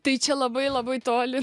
tai čia labai labai toli